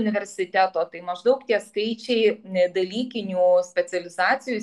universiteto tai maždaug tie skaičiai dalykinių specializacijų